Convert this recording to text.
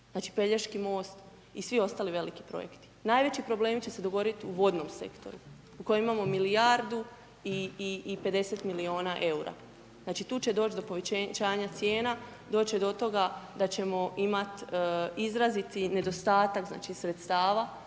Pelješki mosti svi ostali veliki projekti. Najveći problemi će se dogoditi u vodnom sektoru u kojem imamo milijardu i 50 milijuna eura. Znači tu će doći do povećanja cijena, doći će do toga da ćemo imati izraziti nedostatak sredstava